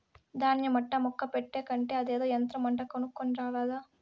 దాన్య మట్టా ముక్క పెట్టే కంటే అదేదో యంత్రమంట కొనుక్కోని రారాదా